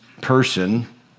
person